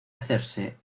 hacerse